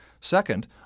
Second